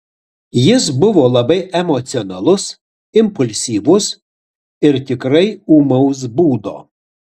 jis buvo labai emocionalus impulsyvus ir tikrai ūmaus būdo